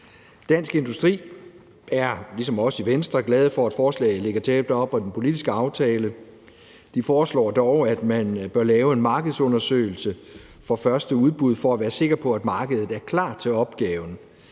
Dansk Industri er ligesom os i Venstre glade for, at forslaget ligger tæt op ad den politiske aftale. De foreslår dog, at man bør lave en markedsundersøgelse for første udbud for at være sikker på, at markedet er klar til opgaven.